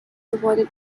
awarded